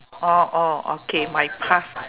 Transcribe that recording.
orh orh okay my past